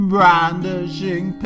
Brandishing